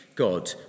God